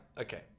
Okay